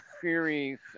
series